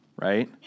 Right